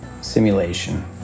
simulation